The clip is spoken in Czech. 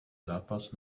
zápas